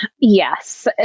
yes